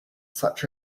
such